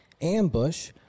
ambush